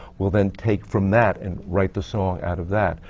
will then take from that and write the song out of that,